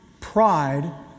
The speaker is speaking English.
pride